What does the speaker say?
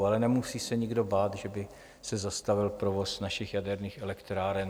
Ale nemusí se nikdo bát, že by se zastavil provoz našich jaderných elektráren.